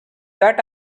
that